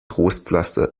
trostpflaster